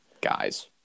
guys